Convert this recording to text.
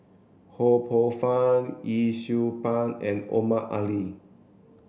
Ho Poh Fun Yee Siew Pun and Omar Ali